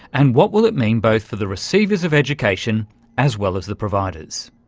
and what will it mean both for the receivers of education as well as the providers.